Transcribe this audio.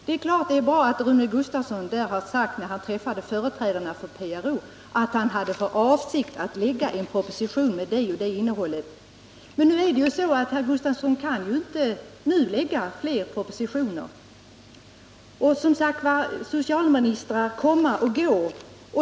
Det är klart att det är bra att Rune Gustavsson sade, när han träffade företrädarna för PRO, att han hade för avsikt att lägga en proposition med det och det innehållet. Men nu kan ju herr Gustavsson inte lägga fler propositioner. Socialministrar kommer och går.